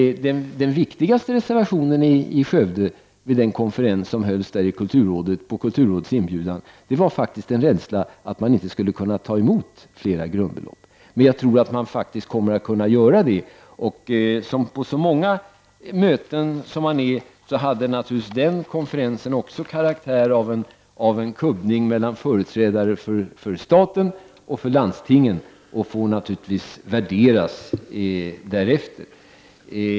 Den viktigaste reservationen vid den konferens som hölls i Skövde på kulturrådets inbjudan var en rädsla för att man inte kunde ta emot fler grundbelopp. Jag tror att man kommer att kunna göra detta. Liksom många andra möten hade naturligtvis också den konferensen karaktär av en kubbning mellan företrädare för staten och landstingen, och den får värderas därefter.